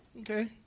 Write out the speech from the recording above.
Okay